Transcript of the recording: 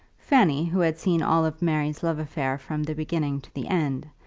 fanny, who had seen all of mary's love-affair from the beginning to the end,